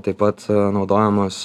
taip pat naudojamas